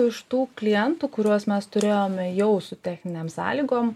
iš tų klientų kuriuos mes turėjome jau su techninėm sąlygom